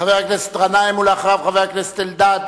חבר הכנסת גנאים, ואחריו חבר הכנסת אלדד.